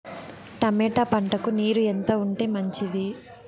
Tomato పంటకు నీరు ఎంత ఉంటే మంచిది?